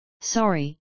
Sorry